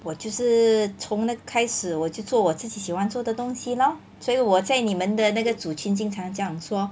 我就是从那开始我去做自己喜欢做的东西 lor 所以我在你们的那个组群经常这样说